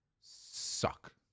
suck